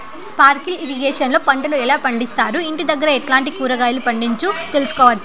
Sprinkle irrigation లో పంటలు ఎలా పండిస్తారు, ఇంటి దగ్గరే ఎట్లాంటి కూరగాయలు పండించు తెలుసుకోవచ్చు?